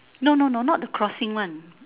no no no not the crossing one